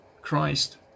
Christ